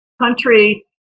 country